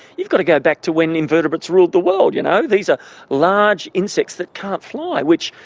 you've got to go back to when invertebrates ruled the world. you know, these are large insects that can't fly which,